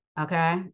Okay